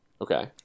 Okay